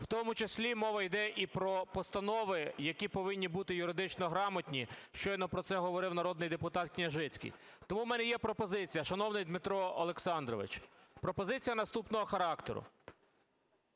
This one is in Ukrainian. В тому числі мова йде і про постанови, які повинні бути юридично грамотні, щойно про це говорив народний депутат Княжицький. Тому у мене є пропозиція, шановний Дмитро Олександрович, пропозиція наступного характеру.